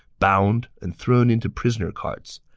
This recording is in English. bound, and thrown into prisoner carts.